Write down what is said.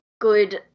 good